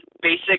basic